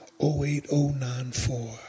08094